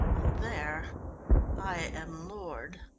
there i am lord.